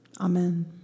Amen